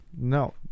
No